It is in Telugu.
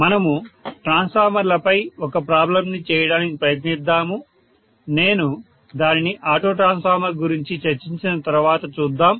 మనము ట్రాన్స్ఫార్మర్ లపై ఒక ప్రాబ్లమ్ ని చేయడానికి ప్రయత్నిద్దాము నేను దానిని ఆటో ట్రాన్స్ఫార్మర్ గురించి చర్చించిన తర్వాత చూద్దాం